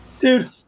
Dude